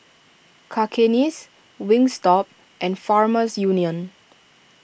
Cakenis Wingstop and Farmers Union